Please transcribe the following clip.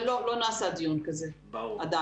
אבל לא, לא נעשה דיון כזה עדיין.